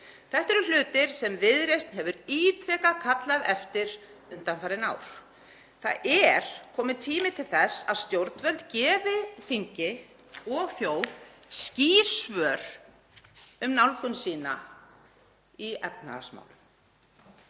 Þetta eru hlutir sem Viðreisn hefur ítrekað kallað eftir undanfarin ár. Það er kominn tími til þess að stjórnvöld gefi þingi og þjóð skýr svör um nálgun sína í efnahagsmálum.